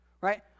right